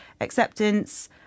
acceptance